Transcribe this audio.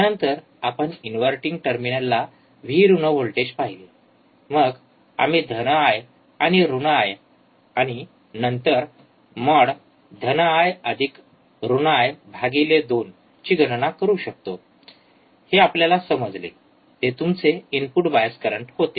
त्यानंतर आपण इनव्हर्टिंग टर्मिनलला व्ही ऋण व्होल्टेज पाहिले मग आम्ही धन आय I आणि ऋण आय आणि नंतर मॉड धन आय I ऋण आय २ mod I I 2 ची गणना कशी करू शकतो हे आपल्याला समजले ते तुमचे इनपुट बायस करंट होते